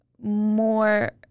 more